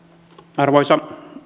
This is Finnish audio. arvoisa